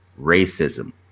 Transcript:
racism